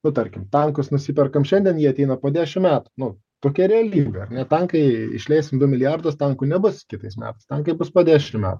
nu tarkim tankus nusiperkam šiandien jie ateina po dešim metų nu tokia realybė ar ne tankai išleisim du milijardus tankų nebus kitais metais tankai bus po dešimt metų